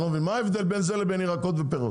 אני לא מבין, מה ההבדל בין זה לבין ירקות ופירות?